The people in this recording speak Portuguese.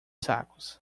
sacos